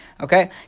Okay